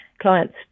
clients